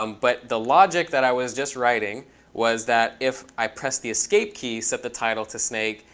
um but the logic that i was just writing was that if i press the escape key, set the title to snake,